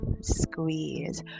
Squeeze